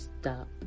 stop